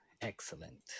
Excellent